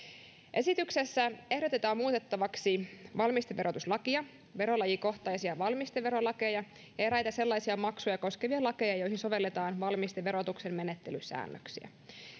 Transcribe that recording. esityksessä ehdotetaan muutettavaksi valmisteverotuslakia verolajikohtaisia valmisteverolakeja ja eräitä sellaisia maksuja koskevia lakeja joihin sovelletaan valmisteverotuksen menettelysäännöksiä